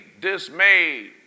dismayed